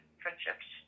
friendships